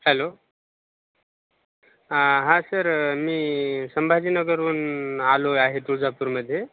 hello आं हां sir मी संभाजीनगरवरून आलो आहे आहे तुळजापूरमध्ये